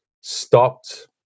stopped